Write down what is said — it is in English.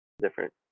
different